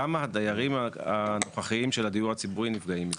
למה הדיירים הנוכחים של הדיור הציבורי נפגעים מזה?